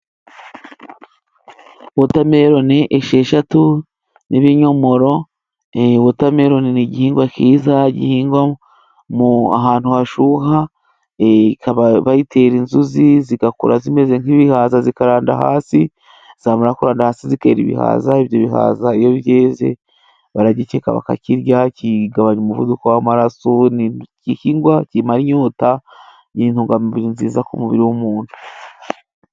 Wotameroni esheshatu n'ibinyomoro, wotameroni ni igihingwa cyiza gihingwa ahantu hashyuha bayitera inzuzi zigakura zimeze nk'ibihaza zikaranda hasi zamara kuranda hasi zikera ibihaza ibyo bihaza iyo byeze baragikeka bakakirya kigabanya umuvuduko w'amaraso n igihingwa kimara inyota ni intungamubiri nziza ku mubiri w'umuntu.